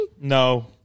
No